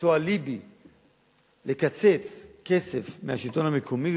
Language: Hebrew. למצוא אליבי לקצץ כסף מהשלטון המקומי,